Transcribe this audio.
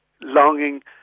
longing